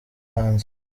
hanze